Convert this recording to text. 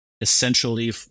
essentially